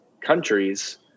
countries